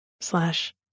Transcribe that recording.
slash